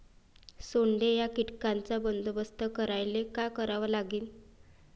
सोंडे या कीटकांचा बंदोबस्त करायले का करावं लागीन?